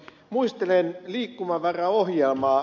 muistelen liikkumavaraohjelmaa